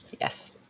Yes